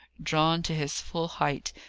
drawn to his full height,